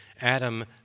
Adam